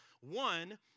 One